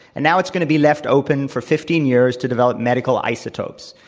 and now it's going to be left open for fifteen years to develop medical isotopes.